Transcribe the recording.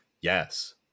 yes